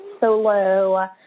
solo